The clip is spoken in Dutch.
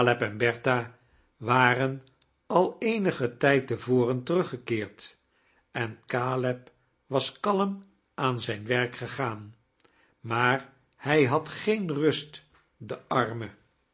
waren al eenigen tijd te voren teruggekeerd en caleb was kalm aan zijn werk gegaan maar hij bad geen rust de nrme